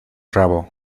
rabo